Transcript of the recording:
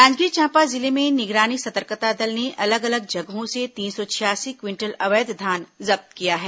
जांजगीर चांपा जिले में निगरानी सतर्कता दल ने अलग अलग जगहों से तीन सौ छियासी क्विंटल अवैध धान जब्त किया है